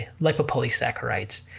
lipopolysaccharides